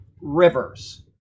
rivers